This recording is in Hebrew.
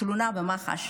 תלונה במח"ש.